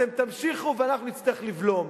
אתם תמשיכו ואנחנו נצטרך לבלום.